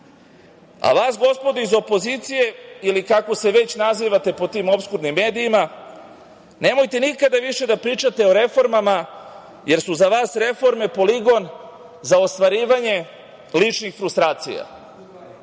a vas gospodo iz opozicije ili kako se već nazivate pod tim opskurnim medijima - nemojte nikada više da pričate o reformama, jer su za vas reforme poligon za ostvarivanje ličnih frustracija,